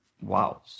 Wow